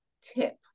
tip